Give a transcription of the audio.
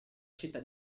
città